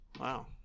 Wow